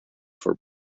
for